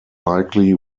likely